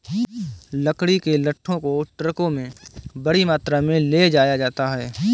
लकड़ी के लट्ठों को ट्रकों में बड़ी मात्रा में ले जाया जाता है